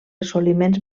assoliments